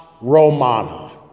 Romana